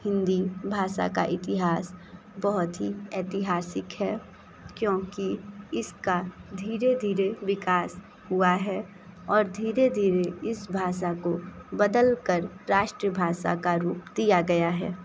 हिंदी भाषा का इतिहास बहुत ही ऐतिहासिक है क्योंकि इसका धीरे धीरे विकास हुआ है और धीरे धीरे इस भाषा को बदल कर राष्ट्रभाषा का रूप दिया गया है